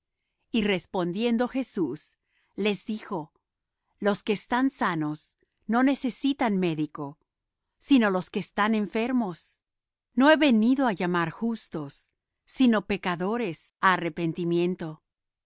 y respondiendo jesús les dijo los que están sanos no necesitan médico sino los que están enfermos no he venido á llamar justos sino pecadores á arrepentimiento